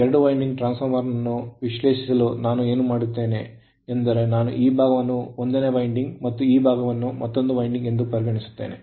ಎರಡು ಅಂಕುಡೊಂಕಾದ transformer ಅನ್ನು ವಿಶ್ಲೇಷಿಸಲು ನಾನು ಏನು ಮಾಡುತ್ತೇವೆ ನಾನು ಈ ಭಾಗವನ್ನು 1ನೇ ವೈಂಡಿಂಗ್ ಮತ್ತು ಈ ಭಾಗವನ್ನು ಮತ್ತೊಂದು ವೈಂಡಿಂಗ್ ಎಂದು ಪರಿಗಣಿಸುತ್ತೇನೆ